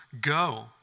go